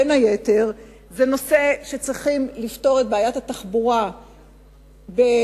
בין היתר צריכים לפתור את בעיית התחבורה בדרכים,